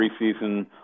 preseason